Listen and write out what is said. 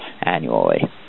annually